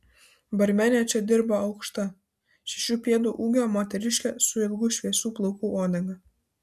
barmene čia dirbo aukšta šešių pėdų ūgio moteriškė su ilgų šviesių plaukų uodega